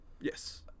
Yes